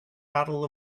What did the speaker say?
battle